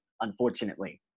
unfortunately